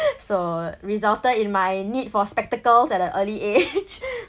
so resulted in my need for spectacles at a early age